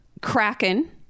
Kraken